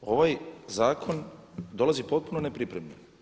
Ovaj zakon dolazi potpuno nepripremljen.